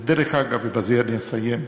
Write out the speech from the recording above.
ודרך אגב, ובזה אני אסיים: